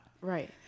Right